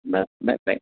ब bye bye